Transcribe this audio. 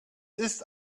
ist